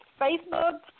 Facebook